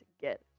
get